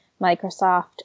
Microsoft